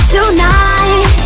Tonight